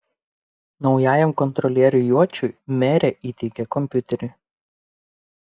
naujajam kontrolieriui juočiui merė įteikė kompiuterį